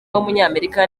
w’umunyamerika